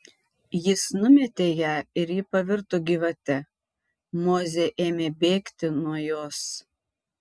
jis numetė ją ir ji pavirto gyvate mozė ėmė bėgti nuo jos